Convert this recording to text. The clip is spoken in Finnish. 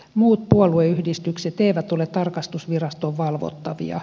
muut puolueyhdistykset eivät ole tarkastusviraston valvottavia